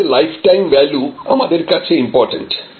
গ্রাহকের lifetime value আমাদের কাছে ইমপরট্যান্ট